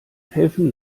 helfen